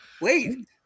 Wait